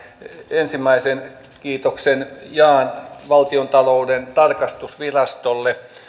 ensimmäisen kiitoksen jaan valtiontalouden tarkastusvirastolle